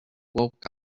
woke